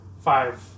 five